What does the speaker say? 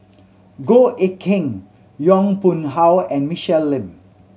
Goh Eck Kheng Yong Pung How and Michelle Lim